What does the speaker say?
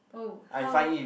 oh how